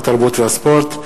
התרבות והספורט,